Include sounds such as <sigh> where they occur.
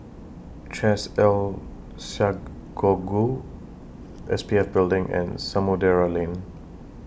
Chesed El <unintelligible> S P F Building and Samudera Lane